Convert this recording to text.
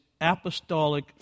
apostolic